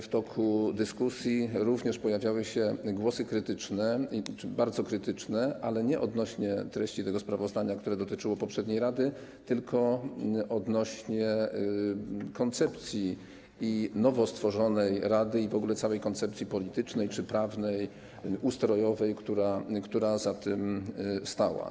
W toku dyskusji również pojawiały się głosy bardzo krytyczne, ale nie odnośnie do treści tego sprawozdania, które dotyczyło poprzedniej rady, tylko odnośnie do koncepcji i nowo stworzonej rady, i w ogóle całej koncepcji politycznej, prawnej, ustrojowej, która za tym stała.